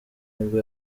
nibwo